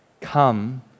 Come